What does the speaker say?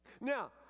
Now